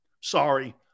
Sorry